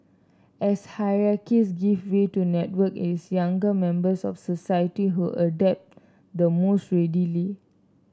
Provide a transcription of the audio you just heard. as hierarchies give way to network it's younger members of society who adapt the most readily